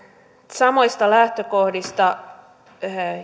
samoista lähtökohdista